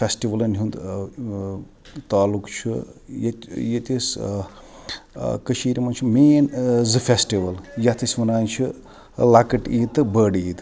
فیسٹِوَلَن ہِیُنٛد تعلُق چھُ ییٚتِس کٔشیٖرِ منٛز چھُ مین زٕ فیسٹِول یَتھ أسۍ وَنان چھِ لَکٕٹۍ عیٖد تہٕ بٔڑ عیٖد